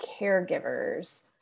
caregivers